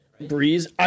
Breeze